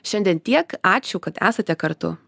šiandien tiek ačiū kad esate kartu